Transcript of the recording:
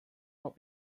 not